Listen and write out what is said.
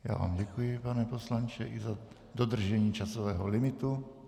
Já vám děkuji, pane poslanče i za dodržení časového limitu.